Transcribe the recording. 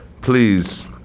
Please